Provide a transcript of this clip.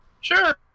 Sure